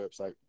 website